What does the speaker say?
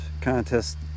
contest